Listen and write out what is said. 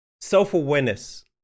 self-awareness